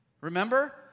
Remember